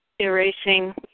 erasing